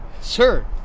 Sir